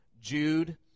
Jude